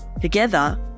Together